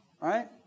Right